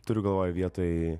turiu galvoj vietoj